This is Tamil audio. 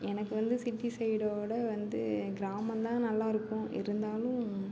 எனக்கு வந்து சிட்டி சைடோட வந்து கிராமம் தான் நல்லா இருக்கும் இருந்தாலும்